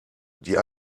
die